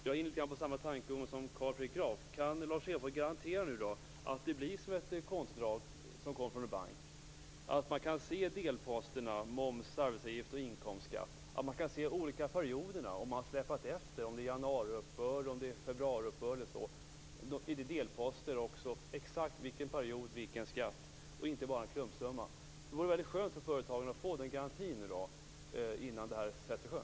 Jag är inne på samma tankegångar som Carl Fredrik Graf: Kan Lars Hedfors garantera att det blir som ett kontoutdrag från en bank, där man kan se delposterna moms, arbetsgivaravgift och inkomstskatt, där man kan se för de olika perioderna om man har släpat efter, om det är januariuppbörd eller februariuppbörd i delposterna och exakt vilken period olika skatter är betalda och inte bara en klumpsumma? Det vore skönt för företagen att få den garantin innan det här sätts i sjön.